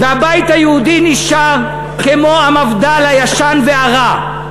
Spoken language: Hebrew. הבית היהודי נשאר כמו המפד"ל הישן והרע,